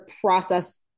process